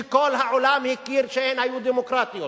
שכל העולם הכיר שהן היו דמוקרטיות,